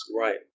right